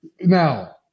Now